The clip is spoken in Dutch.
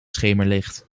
schemerlicht